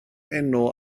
enw